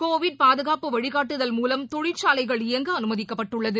Covid பாதுகாப்பு வழிகாட்டு மூலம் தொழிற்சாலைகள் இயங்கஅனுமதிக்கப்பட்டுள்ளது